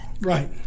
Right